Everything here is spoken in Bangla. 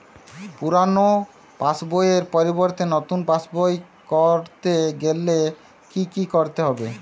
পুরানো পাশবইয়ের পরিবর্তে নতুন পাশবই ক রতে গেলে কি কি করতে হবে?